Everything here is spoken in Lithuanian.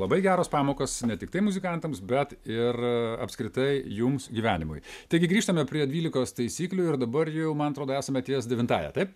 labai geros pamokos ne tiktai muzikantams bet ir apskritai jums gyvenimui taigi grįžtame prie dvylikos taisyklių ir dabar jau man atrodo esame ties devintąja taip